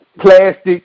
plastic